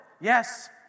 yes